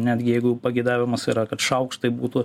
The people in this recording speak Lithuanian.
netgi jeigu pageidavimas yra kad šaukštai būtų